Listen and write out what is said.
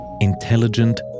intelligent